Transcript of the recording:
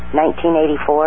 1984